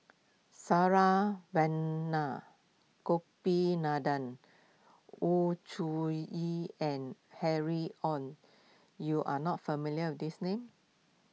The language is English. Saravanan Gopinathan Wu Zhuye and Harry Ord you are not familiar with these names